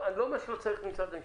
אני לא אומר שלא צריך את משרד המשפטים,